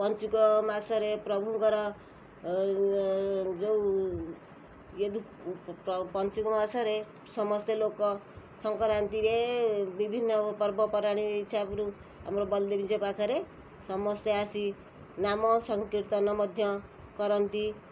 ପଞ୍ଚୁକ ମାସରେ ପ୍ରଭୁଙ୍କର ଯେଉଁ ଏ ପଞ୍ଚୁକ ମାସରେ ସମସ୍ତେ ଲୋକ ସଂକ୍ରାନ୍ତିରେ ବିଭିନ୍ନ ପର୍ବପର୍ବାଣି ଇଛାପୁରୁ ଆମର ବଳଦେବଜୀଉ ପାଖରେ ସମସ୍ତେ ଆସି ନାମ ସଂକୀର୍ତ୍ତନ ମଧ୍ୟ କରନ୍ତି